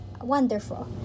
wonderful